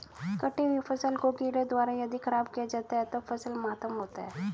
कटी हुयी फसल को कीड़ों द्वारा यदि ख़राब किया जाता है तो फसल मातम होता है